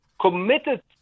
committed